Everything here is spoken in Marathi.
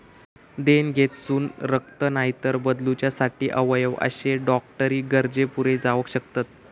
देणगेतसून रक्त, नायतर बदलूच्यासाठी अवयव अशे डॉक्टरी गरजे पुरे जावक शकतत